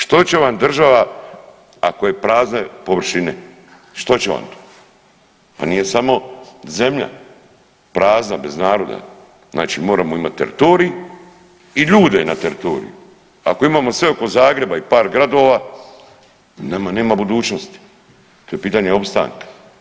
Što će vam država ako je prazne površine, što će vam to, pa nije samo zemlja prazna bez naroda znači moramo imati teritorij i ljude na teritorije, ako imamo sve oko Zagreba i par gradova nama nema budućnosti, to je pitanje opstanka.